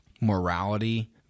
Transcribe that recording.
morality